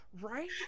Right